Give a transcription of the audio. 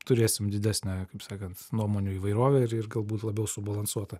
turėsim didesnę kaip sakant nuomonių įvairovę ir ir galbūt labiau subalansuotą